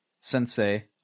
sensei